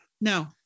No